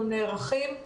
אנחנו נערכים,